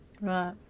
right